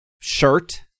shirt